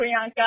Priyanka